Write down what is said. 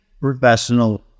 professional